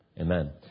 Amen